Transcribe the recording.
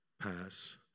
pass